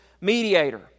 mediator